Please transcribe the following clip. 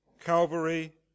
Calvary